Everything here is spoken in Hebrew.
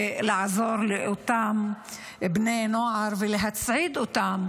ולעזור לאותם בני נוער ולהצעיד אותם